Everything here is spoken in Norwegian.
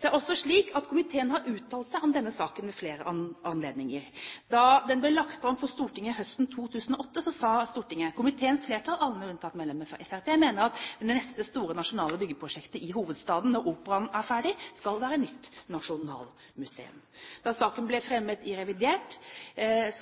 Det er også slik at komiteen har uttalt seg om denne saken ved flere anledninger. Da den ble lagt fram for Stortinget høsten 2008, sa Stortinget: «Komiteens flertall, alle unntatt medlemmene fra Fremskrittspartiet, mener at det neste store nasjonale byggeprosjektet i hovedstaden, når operaen nå er ferdigstilt, skal være et nytt nasjonalmuseum.» Da saken ble fremmet i revidert,